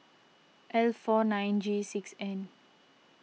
L four nine G six N